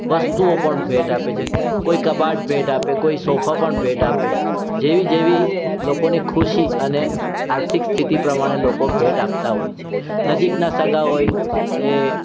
વસ્તુઓ પણ ભેટ આપે છે કોઈ કબાટ ભેટ આપે કોઈ સોફા પણ ભેટ આપે જેવી જેવી લોકોની ખુશી અને આર્થિક સ્થિતિ પ્રમાણે લોકો ભેટ આપતાં હોય છે નજીકના સગા હોય તે